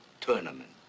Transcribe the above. Tournament